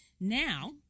Now